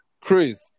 Chris